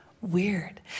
weird